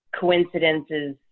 coincidences